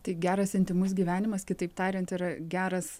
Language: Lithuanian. tai geras intymus gyvenimas kitaip tariant yra geras